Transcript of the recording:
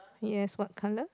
yes what colour